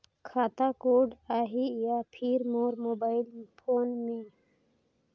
खाता कोड आही या फिर मोर मोबाइल फोन मे?